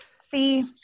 See